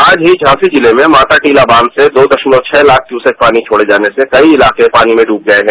आज ही झांसी जिले में माता टीला बांध से दो दशमलव छह लाख क्यूसेक पानी छोड़े जाने से कई इलाके पानी में डूब गए हैं